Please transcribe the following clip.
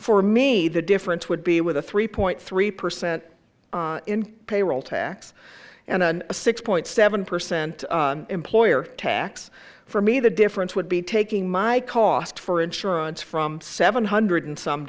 for me the difference would be with a three point three percent in payroll tax and a six point seven percent employer tax for me the difference would be taking my cost for insurance from seven hundred